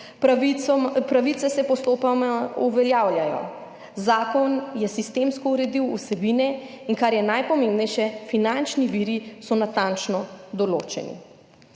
Pravice se postopoma uveljavljajo. Zakon je sistemsko uredil vsebine in, kar je najpomembnejše finančni viri so natančno določeni.